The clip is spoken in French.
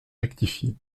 rectifié